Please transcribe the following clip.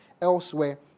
elsewhere